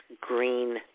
green